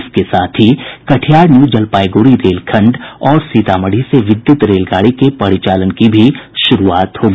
इसके साथ ही कटिहार न्यू जलपाइगुड़ी रेलखंड और सीतामढ़ी से विद्युत रेलगाड़ी के परिचालन की भी शुरूआत होगी